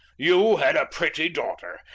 you had a pretty daughter,